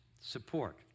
support